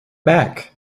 back